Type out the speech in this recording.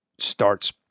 starts